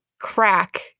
crack